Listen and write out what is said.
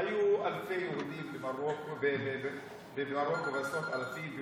היו במאה ה-18 אלפי יהודים במרוקו, עשרות אלפים,